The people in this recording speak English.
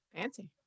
Fancy